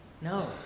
No